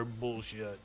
bullshit